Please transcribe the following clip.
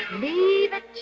leave it